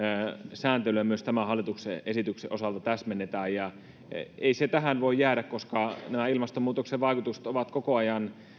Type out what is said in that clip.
sääntelyä myös tämän hallituksen esityksen osalta täsmennetään ei se tähän voi jäädä koska nämä ilmastonmuutoksen vaikutukset ovat koko ajan